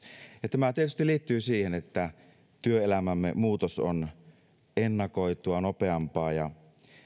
tämä tietysti liittyy siihen että työelämämme muutos on ennakoitua nopeampaa ja